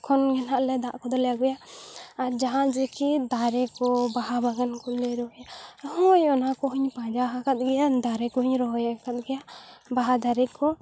ᱠᱷᱚᱱᱜᱮ ᱱᱟᱦᱟᱜ ᱫᱟᱜ ᱠᱚᱫᱚᱞᱮ ᱟᱹᱜᱩᱭᱟ ᱟᱨ ᱡᱟᱦᱟᱸ ᱡᱮᱠᱤ ᱫᱟᱨᱮ ᱠᱚ ᱵᱟᱦᱟ ᱵᱟᱜᱟᱱ ᱠᱚ ᱞᱮ ᱨᱚᱦᱚᱭᱟ ᱦᱳᱭ ᱚᱱᱟ ᱠᱚᱦᱚᱧ ᱯᱟᱸᱡᱟ ᱦᱟᱠᱟᱫ ᱜᱮᱭᱟ ᱫᱟᱨᱮ ᱠᱚᱦᱚᱧ ᱨᱚᱦᱚᱭᱟᱠᱟᱫ ᱜᱮᱭᱟ ᱵᱟᱦᱟ ᱫᱟᱨᱮ ᱠᱚ